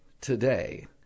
today